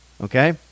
okay